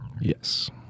Yes